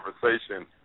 conversation